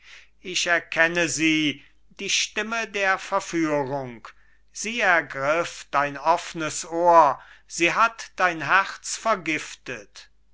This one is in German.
ich erkenne sie die stimme der verführung sie ergriff dein offnes ohr sie hat dein herz vergiftet